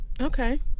Okay